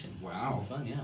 Wow